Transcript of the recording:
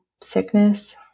sickness